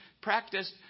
practiced